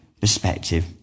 perspective